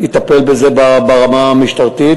אני אטפל בזה ברמה המשטרתית,